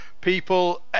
people